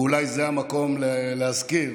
ואולי זה המקום להזכיר